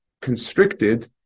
constricted